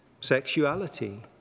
sexuality